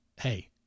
hey